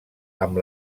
amb